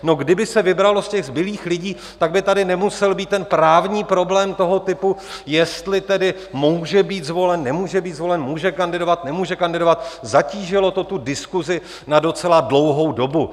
No, kdyby se vybralo z těch zbylých lidí, tak by tady nemusel být právní problém toho typu, jestli tedy může být zvolen, nemůže být zvolen, může kandidovat, nemůže kandidovat, zatížilo to tu diskusi na docela dlouhou dobu.